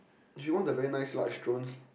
if you want the very nice large drones